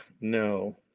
No